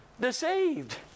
deceived